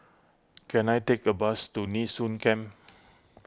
can I take a bus to Nee Soon Camp